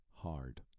hard